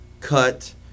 cut